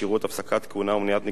הפסקת כהונה ומניעת ניגוד עניינים,